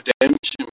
redemption